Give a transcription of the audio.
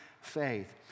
faith